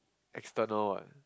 external what